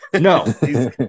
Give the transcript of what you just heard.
No